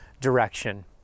direction